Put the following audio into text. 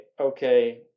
okay